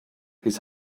his